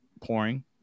pouring